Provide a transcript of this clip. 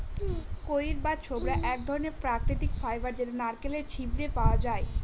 কইর বা ছবড়া এক ধরনের প্রাকৃতিক ফাইবার যেটা নারকেলের ছিবড়েতে পাওয়া যায়